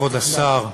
כבוד השר,